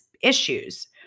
issues